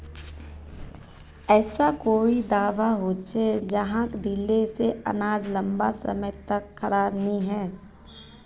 ऐसा कोई दाबा होचे जहाक दिले से अनाज लंबा समय तक खराब नी है?